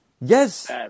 yes